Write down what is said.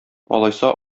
алайса